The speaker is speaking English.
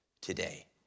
today